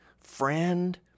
friend